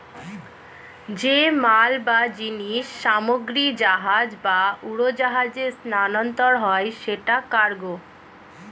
যে মাল বা জিনিস সামগ্রী জাহাজ বা উড়োজাহাজে স্থানান্তর হয় সেটা কার্গো